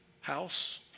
house